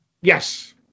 Yes